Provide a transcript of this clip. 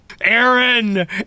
Aaron